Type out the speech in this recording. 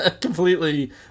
Completely